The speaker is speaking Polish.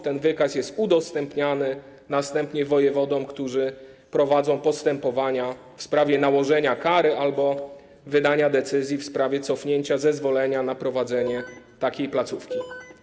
Ten wykaz jest następnie udostępniany wojewodom, którzy prowadzą postępowania w sprawie nałożenia kary albo wydania decyzji w sprawie cofnięcia zezwolenia na prowadzenie takiej placówki.